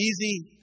easy